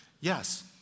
Yes